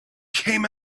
came